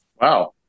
wow